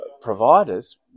providers